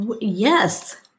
Yes